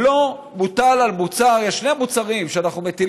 בלו מוטל על מוצר, בלו